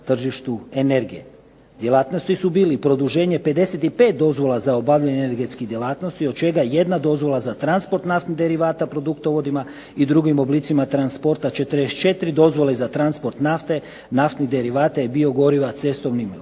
tržištu energije. Djelatnosti su bili produženje 55 dozvola za obavljanje energetskih djelatnosti od čega jedna dozvola za transport naftnih derivata produktovodima i drugim oblicima transporta. 44 dozvole za transport nafte, naftnih derivata i biogoriva cestovnim vozilom,